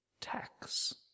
tax